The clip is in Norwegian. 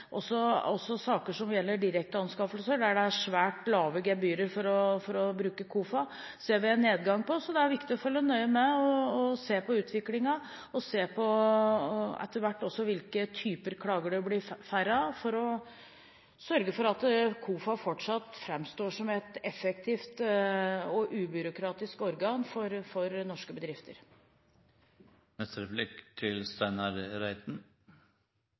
også i saker som gjelder direkte anskaffelser, der det er svært lave gebyrer for å bruke KOFA, ser vi en nedgang. Det er viktig å følge nøye med, se på utviklingen og etter hvert også se på hvilke typer klager det blir færre av, for å sørge for at KOFA faktisk framstår som et effektivt og ubyråkratisk organ for norske bedrifter.